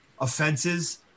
offenses